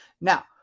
Now